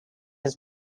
his